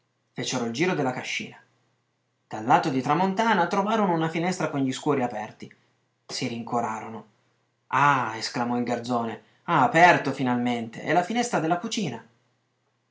fecero il giro della cascina dal lato di tramontana trovarono una finestra con gli scuri aperti si rincorarono ah esclamò il garzone ha aperto finalmente è la finestra della cucina